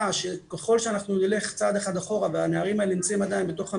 שככל שאנחנו נלך צעד אחד אחורה והנערים האלה נמצאים עדיין בתוך המסגרת,